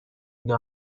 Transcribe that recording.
میده